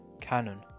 Canon